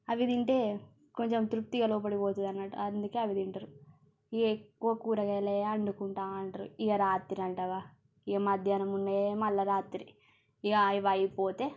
అవి తింటే కొంచెం తృప్తిగా లోపలికి పోతుందన్నట్టు అందుకే అవి తింటారు ఇక ఎక్కువ కూరగాయలే వండుకుంటూ ఉంటారు ఇక రాత్రి అంటావా ఇక మధ్యాహ్నం ఉన్నవే మళ్ళీ రాత్రి ఇక అవి అయిపోతే